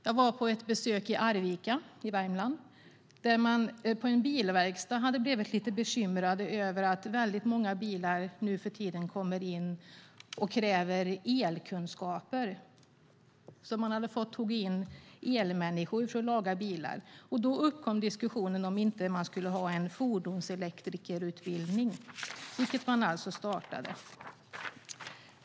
Jag var på ett besök i Arvika i Värmland, där man på en bilverkstad hade blivit lite bekymrad över att väldigt många bilar nuförtiden kommer in som kräver elkunskaper. Man hade fått ta in elmänniskor för att laga bilar. Då uppkom diskussionen om man inte skulle ha en fordonselektrikerutbildning, vilket man alltså startade.